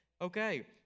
okay